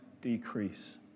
decrease